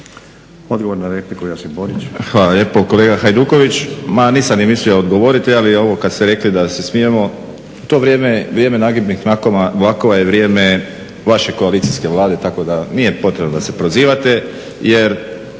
Borić. **Borić, Josip (HDZ)** Hvala lijepo. Kolega Hajduković, ma nisam ni mislio odgovoriti ali ovo kada ste rekli da se smijemo, u to vrijeme vrijeme nagibnih vlakova je vrijeme vaše koalicijske vlade tako da nije potrebno da se prozivate jer